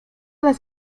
las